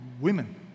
women